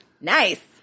Nice